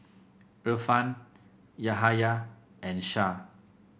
Irfan Yahaya and Shah